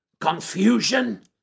confusion